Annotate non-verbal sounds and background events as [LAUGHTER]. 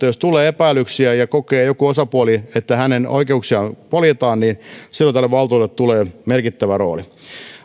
[UNINTELLIGIBLE] jos tulee epäilyksiä ja joku osapuoli kokee että hänen oikeuksiaan poljetaan niin silloin tälle valtuutetulle tulee merkittävä rooli